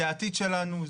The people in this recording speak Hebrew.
זה העתיד שלנו,